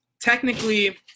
technically